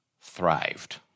thrived